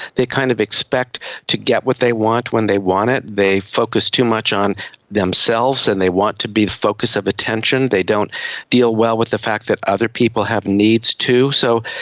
they kind of expect to get what they want when they want it. they focus too much on themselves and they want to be the focus of attention. they don't deal well with the fact that other people have needs too. so,